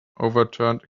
overturned